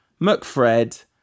McFred